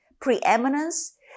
preeminence